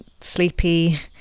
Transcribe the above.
sleepy